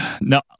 No